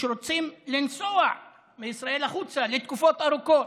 שרוצים לנסוע מישראל החוצה לתקופות ארוכות.